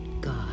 God